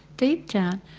deep down,